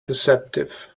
deceptive